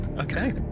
Okay